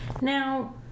Now